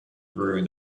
through